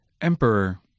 Emperor